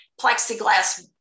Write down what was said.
plexiglass